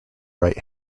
right